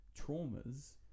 traumas